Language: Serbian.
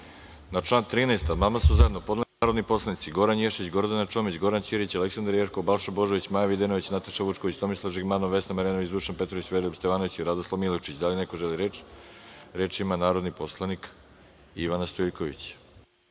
član 13. amandman su zajedno podneli narodni poslanici Goran Ješić, Gordana Čomić, Goran Ćirić, Aleksandra Jerkov, Balša Božović, Maja Videnović, Nataša Vučković, Tomislav Žigmanov, Vesna Marjanović, Dušan Petrović, Veroljub Stevanović i Radoslav Milojičić. Da li neko želi reč? (Da)Reč ima narodni poslanik Ivana Stoiljković.